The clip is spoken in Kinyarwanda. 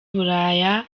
buraya